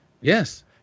Yes